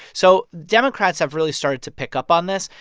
so democrats have really started to pick up on this.